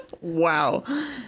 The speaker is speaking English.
Wow